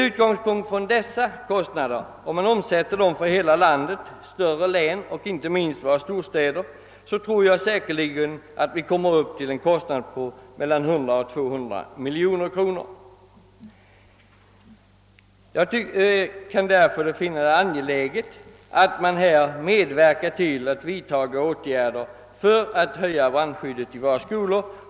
Om dessa kostnader »översättes» till att gälla hela landet — inte minst större län och våra storstäder — kommer vi säkerligen upp till en kostnad på mellan 100 och 200 miljoner kronor. Jag finner det därför synnerligen angeläget att man medverkar till åtgärder för att höja brandskyddets effektivitet i våra skolor.